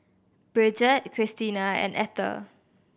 Brigette Cristina and Ether